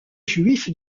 juif